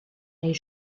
les